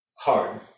hard